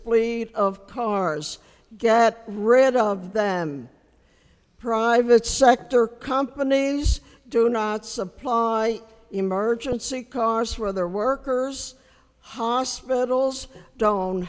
lead of cars get rid of them private sector companies do not supply emergency cars for their workers hospitals don't